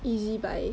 Ezbuy